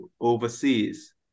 overseas